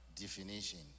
definition